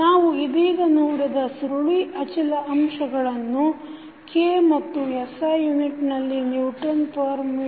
ನಾವು ಇದೀಗ ನೋಡಿದ ಸುರುಳಿ ಅಚಲ ಅಂಶಗಳನ್ನು K ಮತ್ತು SI ಯುನಿಟ್ನಲ್ಲಿ ನಿವ್ಟನ್ಮೀ